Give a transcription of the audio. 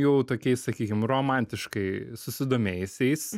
jau tokiais sakykim romantiškai susidomėjusiais